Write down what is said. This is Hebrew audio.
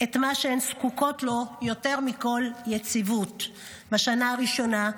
את מה שהן זקוקות לו יותר מכול: יציבות בשנה הראשונה,